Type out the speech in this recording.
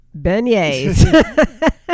Beignets